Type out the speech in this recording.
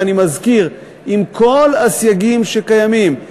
ואני מזכיר: עם כל הסייגים שקיימים,